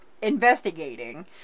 Investigating